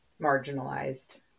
marginalized